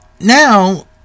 now